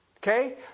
Okay